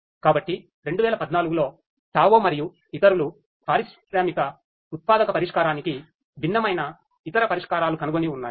కాబట్టి 2014 లో టావో మరియు ఇతరులు పారిశ్రామిక ఉత్పాదక పరిష్కారానికి భిన్నమైన ఇతర పరిష్కారాలు కనుగొని ఉన్నాయి